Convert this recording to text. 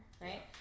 right